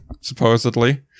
supposedly